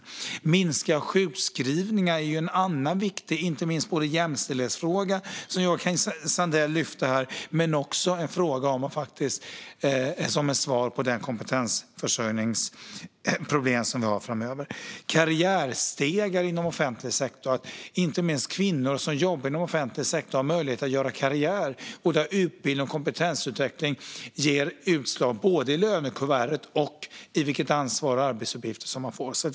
Att minska sjukskrivningarna är en annan viktig fråga. Det är inte minst en viktig jämställdhetsfråga, som Joakim Sandell sa, men det är också ett svar på det kompetensförsörjningsproblem som vi har framför oss. Jag vill också säga något om karriärstegar inom offentlig sektor. Det gäller att inte minst kvinnor som jobbar inom offentlig sektor har möjlighet att göra karriär och att utbildning och kompetensutveckling ger utslag både i lönekuvertet och i vilket ansvar och vilka arbetsuppgifter man får.